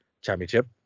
Championship